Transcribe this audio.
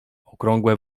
okrągłe